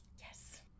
Yes